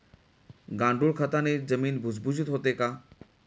गांडूळ खताने जमीन भुसभुशीत होते का?